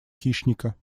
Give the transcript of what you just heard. хищника